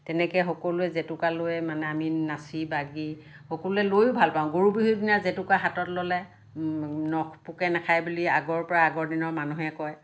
তেনেকৈ সকলোৱে জেতুকা লৈ মানে আমি নাচি বাগি সকলোৱে লৈয়ো ভাল পাওঁ গৰু বিহুৰ দিনা জেতুকা হাতত ল'লে নখ পোকে নাখায় বুলি আগৰপৰা আগৰ দিনৰ মানুহে কয়